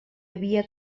havia